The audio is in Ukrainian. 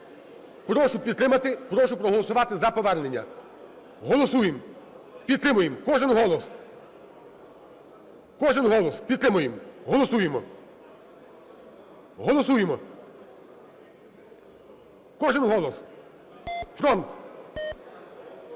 Прошу проголосувати за повернення. Голосуємо. Підтримуємо. Кожен голос. Кожен голос! Підтримуємо. Голосуємо. Голосуємо.